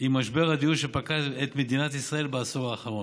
עם משבר הדיור שפקד את מדינת ישראל בעשור האחרון.